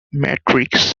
matrix